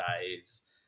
days